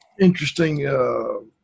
interesting –